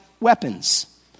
weapons